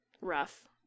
rough